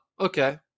okay